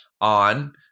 on